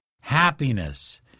happiness